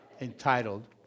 entitled